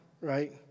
right